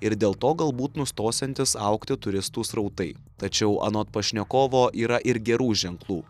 ir dėl to galbūt nustosiantys augti turistų srautai tačiau anot pašnekovo yra ir gerų ženklų